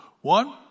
one